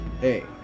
hey